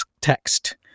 text